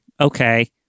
okay